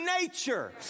nature